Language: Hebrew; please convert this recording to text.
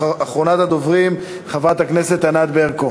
אחרונת הדוברים, חברת הכנסת ענת ברקו.